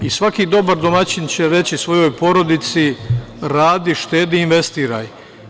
I svaki dobar će reći svojoj porodici – radi, štedi i investiraj.